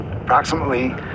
approximately